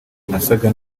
nasaga